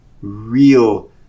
real